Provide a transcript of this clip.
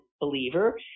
believer